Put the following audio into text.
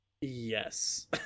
Yes